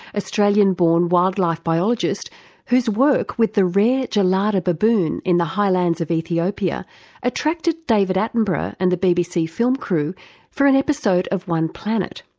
australian-born wildlife biologist whose work with the rare gelada baboon in the highlands of ethiopia attracted david attenborough and the bbc film crew for an episode of one planet.